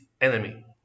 enemy